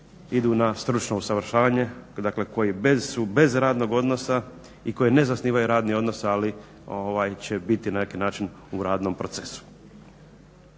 idu na stručno usavršavanje, dakle koji bez, su bez radnog odnosa i koji ne zasnivaju radni odnos ali će biti na neki način u radnom procesu.